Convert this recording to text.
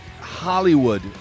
Hollywood